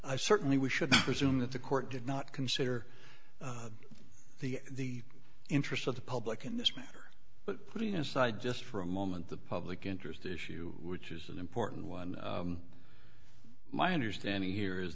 i certainly we shouldn't presume that the court did not consider the interests of the public in this matter but putting aside just for a moment the public interest issue which is an important one my understanding here is